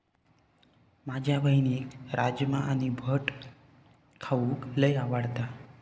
माझ्या बहिणीक राजमा आणि भट खाऊक लय आवडता